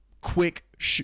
quick